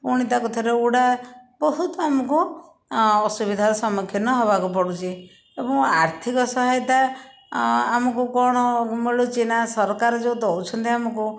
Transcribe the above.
ପୁଣି ତାକୁ ଥରେ ଉଡ଼ା ବହୁତ ଆମକୁ ଅସୁବିଧାର ସମ୍ମୁଖୀନ ହେବାକୁ ପଡ଼ୁଛି ଏବଂ ଆର୍ଥିକ ସହାୟତା ଆମକୁ କ'ଣ ମିଳୁଛି ନା ସରକାର ଯେଉଁ ଦେଉଛନ୍ତି ଆମକୁ